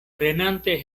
prenante